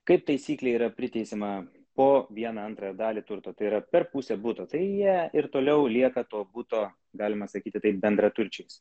kaip taisyklė yra priteisiama po vieną antrąją dalį turto tai yra per pusę buto tai jie ir toliau lieka to buto galima sakyti taip bendraturčiais